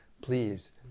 please